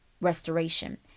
restoration